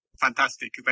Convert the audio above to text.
Fantastic